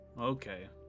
Okay